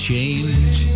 change